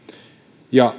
ja